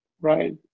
right